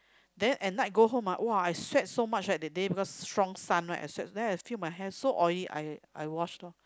then at night go home ah !wah! I sweat so much right that day because strong sun right I sweat then I feel my hair so oily I I wash lor